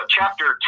chapter